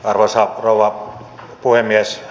arvoisa rouva puhemies